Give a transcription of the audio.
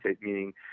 Meaning